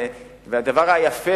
והדבר היפה,